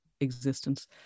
existence